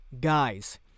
guys